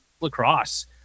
lacrosse